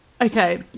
okay